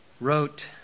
wrote